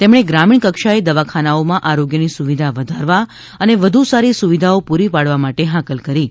તેમણે ગ્રામીણ કક્ષાએ દવાખાનાઓમાં આરોગ્યની સુવિધા વધારવા અને વધુ સારી સુવિધાઓ પૂરી પાડવા માટે હાકલ કરી છે